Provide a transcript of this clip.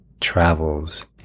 travels